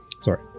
Sorry